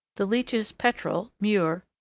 the leach's petrel, murre,